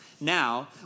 Now